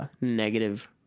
negative